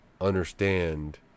understand